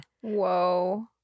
Whoa